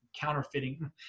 counterfeiting